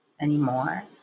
anymore